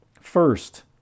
First